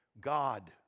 God